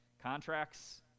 Contracts